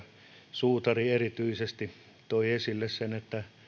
suutari erityisesti toi esille sen että